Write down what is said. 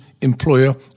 employer